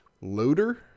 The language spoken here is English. Loader